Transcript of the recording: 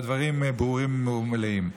והדברים ברורים ומלאים.